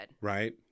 right